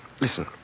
Listen